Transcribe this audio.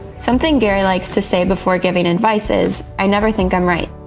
something gary likes to say before giving advice is, i never think i'm right,